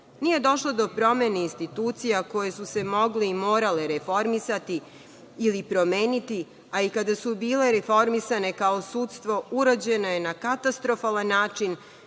Nije došlo do promena institucija koje su se mogle i morale reformirati ili promeniti, ali kada su bile reformisane, kao sudstvo, urađeno je na katastrofalan način,